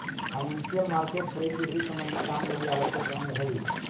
financial market खरीद बिक्री संबंधी काम लगी आवश्यक अंग हई